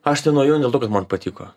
aš ten nuėjau ne dėl to kad man patiko